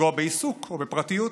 לפגוע בעיסוק או בפרטיות,